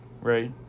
right